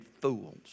fools